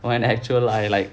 when actually I like